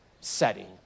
setting